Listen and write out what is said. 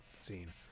scene